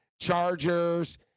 Chargers